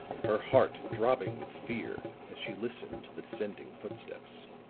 her heart throbbing with fear as she listened to the descending footsteps